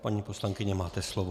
Paní poslankyně, máte slovo.